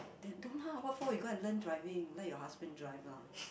that don't lah what for you go and learn driving let your husband drive lah